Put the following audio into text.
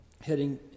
heading